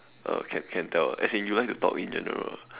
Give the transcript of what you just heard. uh can can tell as in you like to talk in general